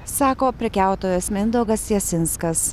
sako prekiautojas mindaugas jasinskas